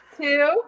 two